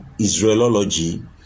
Israelology